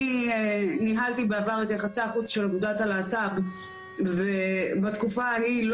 אני ניהלתי בעבר את יחסי החוץ של אגודת הלהט״ב ובתקופה ההיא,